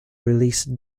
release